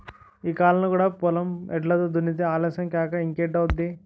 ఈ కాలంలో కూడా పొలం ఎడ్లతో దున్నితే ఆలస్యం కాక ఇంకేటౌద్ది?